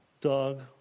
dog